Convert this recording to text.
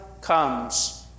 comes